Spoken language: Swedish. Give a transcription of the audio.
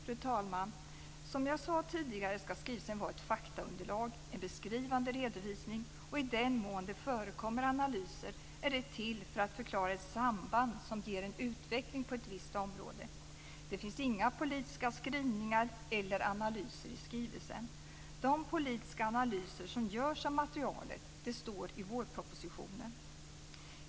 Fru talman! Som jag sade tidigare ska skrivelsen vara ett faktaunderlag, en beskrivande redovisning, och i den mån det förekommer analyser är de till för att förklara ett samband som ger en utveckling på ett visst område. Det finns inga politiska skrivningar eller analyser i skrivelsen. De politiska analyser som görs av materialet står i vårpropositionen.